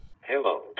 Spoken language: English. Hello